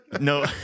No